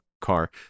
car